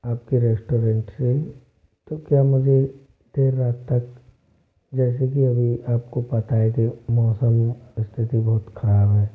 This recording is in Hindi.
आप के रेस्टोरेंट से तो क्या मुझे देर रात तक जैसे कि अभी आप को पता है कि मौसम स्थिति बहुत ख़राब है